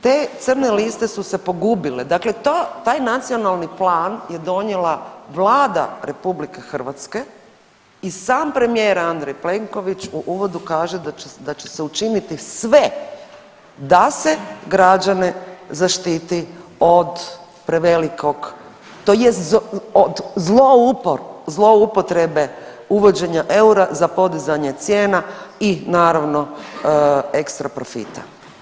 Te crne liste su se pogubile, dakle to, taj Nacionalni plan je donijela Vlada RH i sam premijer Andrej Plenković u uvodu kaže da će se učiniti sve da se građane zaštiti od prevelikog tj. od zloupotrebe uvođenja eura za podizanje cijena i naravno, ekstra profita.